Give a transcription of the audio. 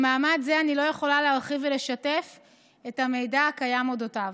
במעמד זה אני לא יכולה להרחיב ולשתף את המידע הקיים על אודותיו,